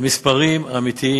המספרים האמיתיים.